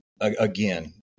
again